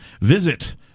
Visit